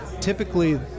typically